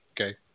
Okay